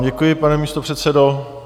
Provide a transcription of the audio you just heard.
Děkuji vám, pane místopředsedo.